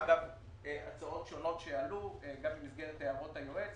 אגב הצעות שונות שעלו גם במסגרת הערות היועץ,